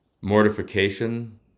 Mortification